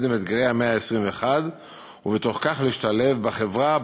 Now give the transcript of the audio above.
עם אתגרי המאה ה-21 ובתוך כך להשתלב בחברה,